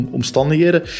omstandigheden